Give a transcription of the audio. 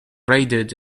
raided